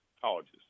colleges